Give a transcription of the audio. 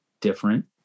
different